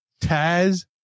Taz